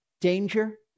danger